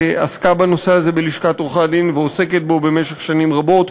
שעסקה בנושא הזה בלשכת עורכי-הדין ועוסקת בו במשך שנים רבות,